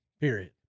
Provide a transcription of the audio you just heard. Period